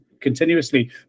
continuously